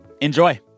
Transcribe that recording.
Enjoy